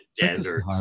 desert